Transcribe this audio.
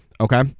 Okay